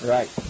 Right